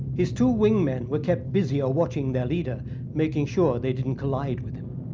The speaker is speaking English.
his two wing men were kept busy ah watching their leader making sure they didn't collide with him.